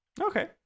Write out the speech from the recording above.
Okay